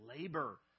labor